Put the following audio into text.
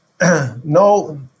No